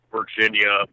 Virginia